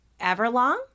Everlong